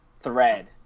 thread